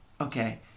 okay